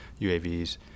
UAVs